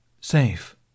Safe